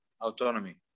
autonomy